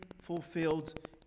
fulfilled